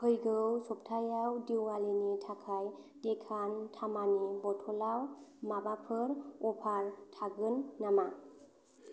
फैगौ सबथायाव दिवालीनि थाखाय डेकान थामानि बथलआव माबाफोर अफार थागोन नामा